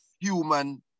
human